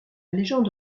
légende